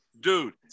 Dude